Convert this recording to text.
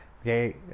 okay